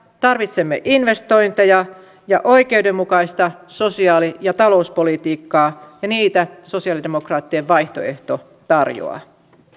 tarvitsemme investointeja ja oikeudenmukaista sosiaali ja talouspolitiikkaa ja niitä sosialidemokraattien vaihtoehto tarjoaa